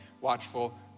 watchful